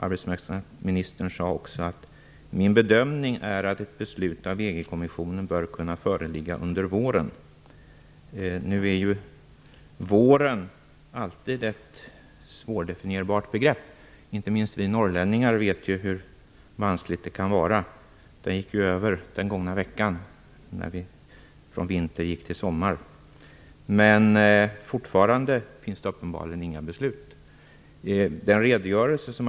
Arbetsmarknadsministern sade också: Min bedömning är att ett beslut av EG-kommissionen bör kunna föreligga under våren. Våren är alltid ett svårdefinierbart begrepp. Inte minst vi norrlänningar vet hur vanskligt det kan vara i det avseendet. Våren tog ju slut den gångna veckan, då vi gick över från vinter till sommar. Och uppenbarligen finns det ännu inga beslut.